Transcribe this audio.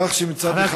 כך שמצד אחד,